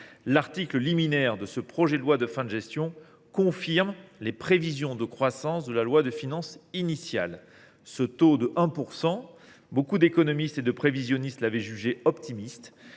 L’article liminaire de ce projet de loi de finances de fin de gestion confirme les prévisions de croissance de la loi de finances initiale. Ce taux de 1 %, beaucoup d’économistes et de prévisionnistes l’avaient jugé optimiste.